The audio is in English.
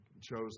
chose